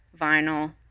vinyl